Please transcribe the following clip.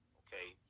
okay